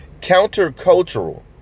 countercultural